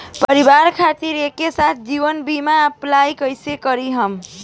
परिवार खातिर एके साथे जीवन बीमा कैसे अप्लाई कर पाएम?